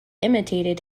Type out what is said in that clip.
imitated